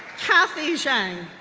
cathy zhang,